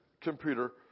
computer